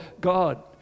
God